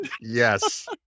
Yes